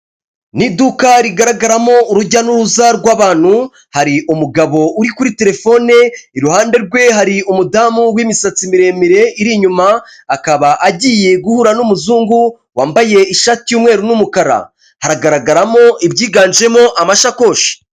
Ni iduka rigaragaramo urujya n'uruza rw'abantu hari umugabo uri kuri terefone, iruhande rwe hari umudamu w'misatsi miremire iri inyuma, akaba agiye guhura n'umuzungu wambaye ishati y'umweru n'umukara hagaragaramo ibyiganjemo amashakoshi.